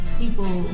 people